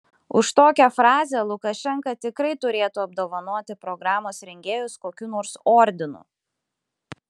už tokią frazę lukašenka tikrai turėtų apdovanoti programos rengėjus kokiu nors ordinu